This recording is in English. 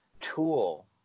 tool